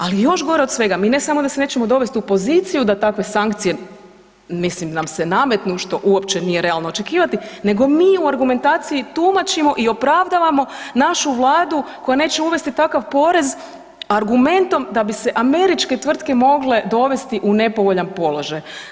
Ali još gore od svega, mi ne samo da se nećemo dovest u poziciju da takve sankcije mislim nam se nametnu, što uopće nije realno očekivati, nego mi u argumentaciji tumačimo i opravdavamo našu vladu koja neće uvesti takav porez, argumentom da bi se američke mogle dovesti u nepovoljan položaj.